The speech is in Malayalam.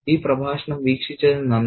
ഈ പ്രഭാഷണം ശ്രദ്ധിച്ചതിന് നന്ദി